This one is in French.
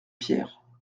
pierre